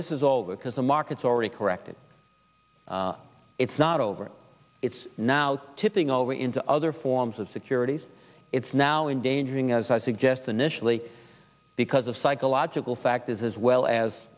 this is all because the market's already corrected it's not over it's now tipping over into other forms of securities it's now endangering as i suggest initially because of psychological factors as well as